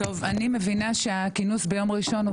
אני מבינה שהכינוס ביום ראשון הוא